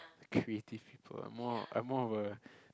creative people more I'm more of a